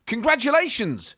Congratulations